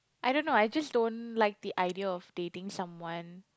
I don't know I just don't like the idea of dating someone